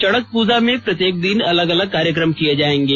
चड़क पूजा में प्रत्येक दिन अलग अलग कार्यक्रम किए जाएंगे